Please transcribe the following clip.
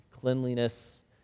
cleanliness